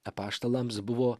apaštalams buvo